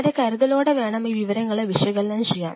വളരെ കരുതലോടെ വേണം ഈ വിവരങ്ങളെ വിശകലനം ചെയ്യാൻ